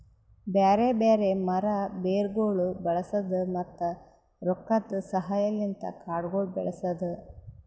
ಬ್ಯಾರೆ ಬ್ಯಾರೆ ಮರ, ಬೇರಗೊಳ್ ಬಳಸದ್, ಮತ್ತ ರೊಕ್ಕದ ಸಹಾಯಲಿಂತ್ ಕಾಡಗೊಳ್ ಬೆಳಸದ್